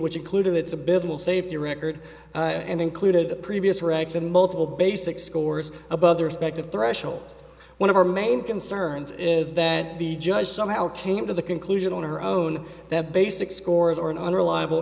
which includes abysmal safety record and included the previous wrecks and multiple basic scores above the respective thresholds one of our main concerns is that the judge somehow came to the conclusion on her own that basic scores or an unreliable